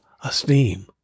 esteem